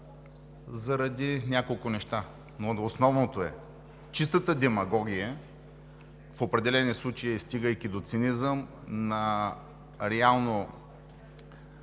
заради няколко неща. Основното е: чистата демагогия в определени случаи, стигайки до цинизъм реално